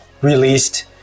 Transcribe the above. released